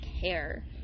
care